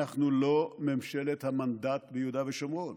אנחנו לא ממשלת המנדט ביהודה ושומרון.